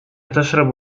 تشرب